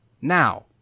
Now